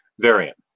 variant